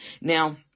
Now